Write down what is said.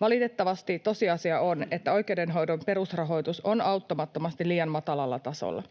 Valitettavasti tosiasia on, että oikeudenhoidon perusrahoitus on auttamattomasti liian matalalla tasolla.